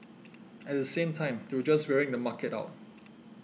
at the same time they were just wearing the market out